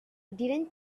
didn’t